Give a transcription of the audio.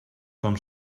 com